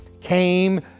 came